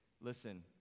listen